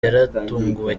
yaratunguwe